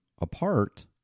apart